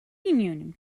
union